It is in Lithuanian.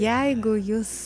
jeigu jūs